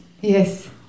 Yes